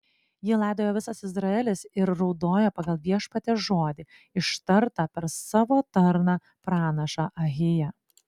jį laidojo visas izraelis ir raudojo pagal viešpaties žodį ištartą per savo tarną pranašą ahiją